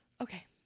okay